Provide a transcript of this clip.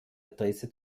adresse